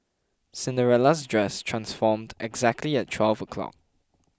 Cinderella's dress transformed exactly at twelve o' clock